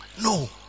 No